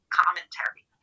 commentary